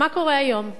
מה קורה היום?